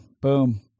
boom